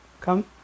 Come